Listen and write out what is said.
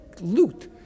loot